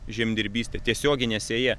žemdirbyste tiesiogine sėja